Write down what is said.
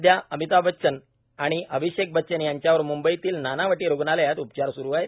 सध्या अमिताभ बच्चन व अभिषेक बच्चन यांच्यावर म्ंबईतील नानावटी रुग्णालयात उपचार स्रू आहेत